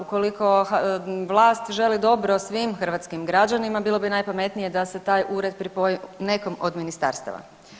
Ukoliko vlast želi dobro svim hrvatskim građanima bilo bi najpametnije da se taj ured pripoji nekom od ministarstava.